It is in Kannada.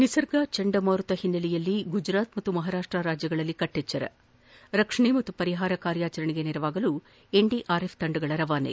ನಿಸರ್ಗ ಚಂಡಮಾರುತ ಹಿನ್ನೆಲೆಯಲ್ಲಿ ಗುಜರಾತ್ ಮತ್ತು ಮಹಾರಾಪ್ಟ ರಾಜ್ಯಗಳಲ್ಲಿ ಕಟ್ಟೆಚ್ಚರ ರಕ್ಷಣೆ ಮತ್ತು ಪರಿಹಾರ ಕಾರ್ಯಾಚರಣೆಗೆ ನೆರವಾಗಲು ಎನ್ಡಿಆರ್ಎಫ್ ತಂಡಗಳ ರವಾನೆ